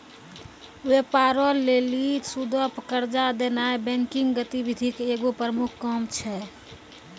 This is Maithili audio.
व्यापारो लेली सूदो पे कर्जा देनाय बैंकिंग गतिविधि के एगो प्रमुख काम छै